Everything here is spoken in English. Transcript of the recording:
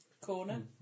corner